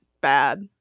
bad